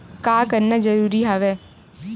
का करना जरूरी हवय?